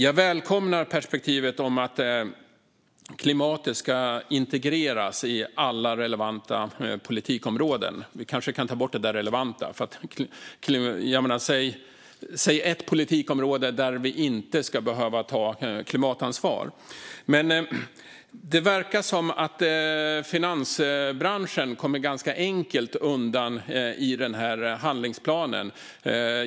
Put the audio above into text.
Jag välkomnar perspektivet att klimatet ska integreras i alla relevanta politikområden. Vi kanske kan ta bort ordet "relevanta", för säg ett enda politikområde där vi inte ska behöva ta klimatansvar! Men det verkar som om finansbranschen kommer ganska enkelt undan i handlingsplanen.